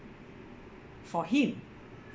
for him